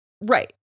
Right